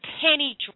penny